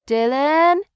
Dylan